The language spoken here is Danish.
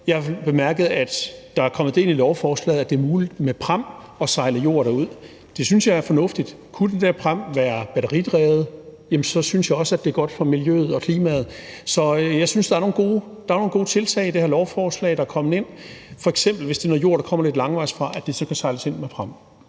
jeg bemærkede, at der er kommet det ind i lovforslaget, at det er muligt at sejle jord derud med pram. Det synes jeg er fornuftigt. Kunne den der pram være batteridrevet, tror jeg også, at det er godt for miljøet og klimaet. Så jeg synes, det er kommet nogle gode tiltag ind i det her lovforslag, f.eks. at hvis det er noget jord, der kommer lidt langvejsfra, så kan det sejles ind med pram.